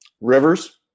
Rivers